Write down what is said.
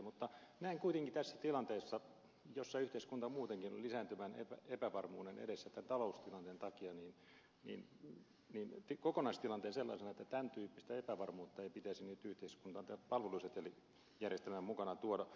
mutta näen kuitenkin tässä tilanteessa jossa yhteiskunta muutenkin on lisääntyvän epävarmuuden edessä tämän taloustilanteen takia kokonaistilanteen sellaisena että tämän tyyppistä epävarmuutta ei pitäisi nyt yhteiskuntaan palvelusetelijärjestelmän mukana tuoda